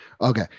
Okay